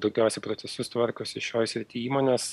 daugiausiai procesus tvarkosi šioj srity įmonės